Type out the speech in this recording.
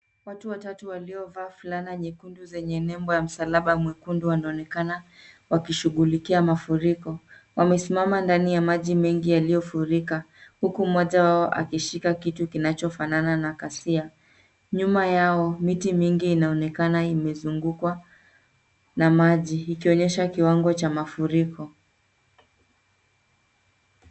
Watu watatu waliovaa fulana nyekundu zenye nembo ya msalaba mwekundu wanaonekana wakishughulikia mafuriko. Wamesimama ndani ya maji mengi yaliyofurika huku mmoja wao akishika kitu kinachofanana na kasia. Nyuma yao miti mingine inaonekana imezungukwa na maji ikionyesha kiwango cha mafuriko.